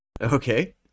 Okay